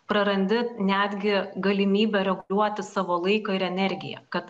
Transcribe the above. prarandi netgi galimybę reguliuoti savo laiką ir energiją kad